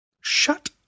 Shut